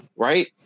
right